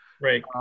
Right